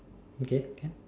okay can